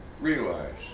realize